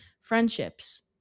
friendships